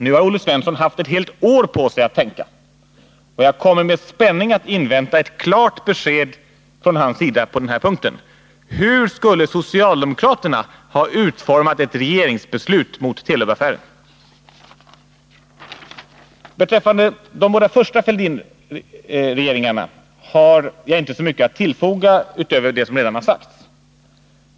Nu har Olle Svensson haft ett helt år på sig att tänka efter, och jag väntar med spänning på ett klart besked från hans sida på Nr 145 den här punkten: Hur skulle socialdemokraterna ha utformat ett regerings 20 maj 1981 Beträffande de båda första Fälldinregeringarna har jag inte så mycket att tillfoga utöver vad som redan har sagts.